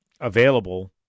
available